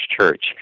church